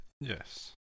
Yes